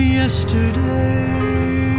yesterday